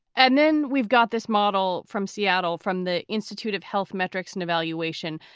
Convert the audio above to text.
and then we've got this model from seattle, from the institute of health metrics and evaluation.